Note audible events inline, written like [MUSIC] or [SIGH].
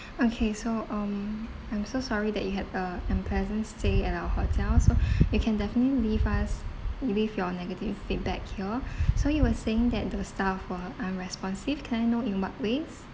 okay so um I'm so sorry that you had a unpleasant stay at our hotel so [BREATH] you can definitely leave us leave your negative feedback here [BREATH] so you were saying that the staff were unresponsive can I know in what ways